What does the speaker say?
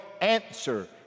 answer